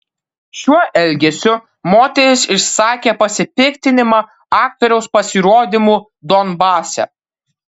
šiuo elgesiu moteris išsakė pasipiktinimą aktoriaus pasirodymu donbase